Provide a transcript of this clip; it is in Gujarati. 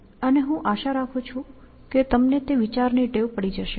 અને હું આશા રાખું છું કે તમને તે વિચારની ટેવ પડી જશે